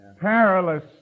perilous